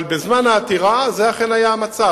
אבל בזמן העתירה, זה אכן היה המצב.